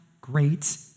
great